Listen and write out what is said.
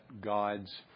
God's